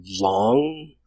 long